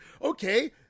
okay